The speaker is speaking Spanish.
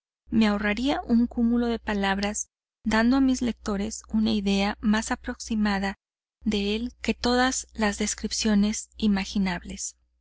me ahorraría un cúmulo de palabras dando a mis lectores una idea más aproximada de él que todas las descripciones imaginables